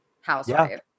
Housewife